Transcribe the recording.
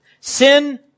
Sin